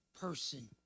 person